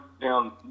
down